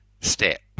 step